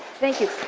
thank you.